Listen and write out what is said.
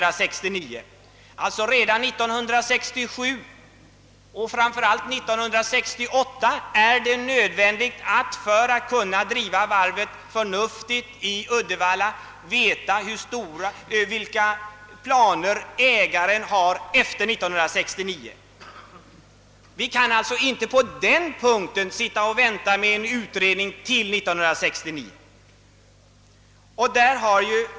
Redan år 1967 och framför allt år 1968 är det alltså, för att kunna driva varvet i Uddevalla förnuftigt, nödvändigt att veta vilka planer ägaren har efter år 1969. Vi kan inte på den punkten sitta och vänta på en utredning tills år 1969 är inne.